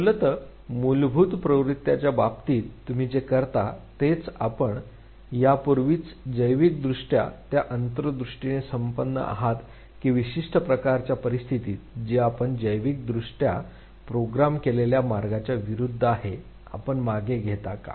मूलतः मूलभूत प्रवृत्तीच्या बाबतीत तुम्ही जे करता तेच आपण यापूर्वीच जैविकदृष्ट्या त्या अंतर्दृष्टीने संपन्न आहात की विशिष्ट प्रकारच्या परिस्थितीत जी आपण जैविक दृष्ट्या प्रोग्राम केलेल्या मार्गाच्या विरुद्ध आहे आपण मागे घेता का